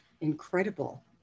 incredible